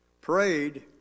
prayed